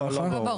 לא, לא.